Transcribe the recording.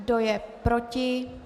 Kdo je proti?